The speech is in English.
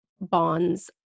bonds